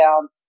down